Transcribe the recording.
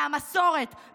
מהמסורת,